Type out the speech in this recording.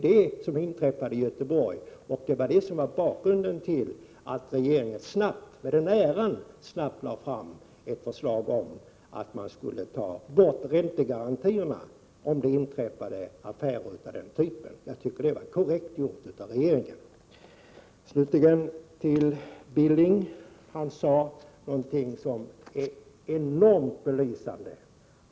Det som inträffade i Göteborg var bakgrunden till att regeringen — med den äran — snabbt lade fram ett förslag om att ta bort räntegarantierna om det inträffade affärer av den typen. Jag tycker det var korrekt gjort av regeringen. Knut Billing sade något som är enormt belysande.